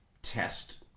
test